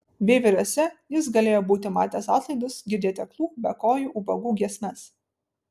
veiveriuose jis galėjo būti matęs atlaidus girdėti aklų bekojų ubagų giesmes